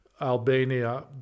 Albania